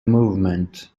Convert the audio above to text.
movement